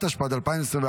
התשפ"ד 2024,